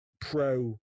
pro